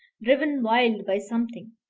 driven wild by something,